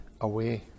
away